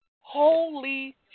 Holy